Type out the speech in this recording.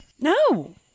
No